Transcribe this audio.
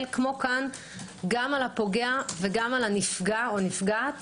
כמו כאן גם על הפוגע וגם על הנפגע או הנפגעת